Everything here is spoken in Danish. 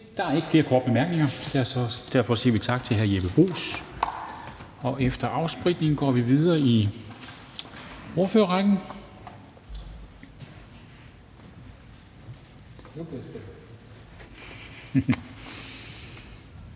Der er ikke flere korte bemærkninger. Derfor siger vi tak til hr. Jeppe Bruus. Efter afspritning går vi videre i ordførerrækken.